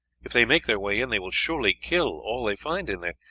if they make their way in, they will surely kill all they find in there.